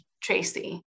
Tracy